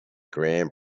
grand